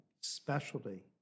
specialty